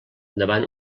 davant